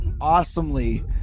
awesomely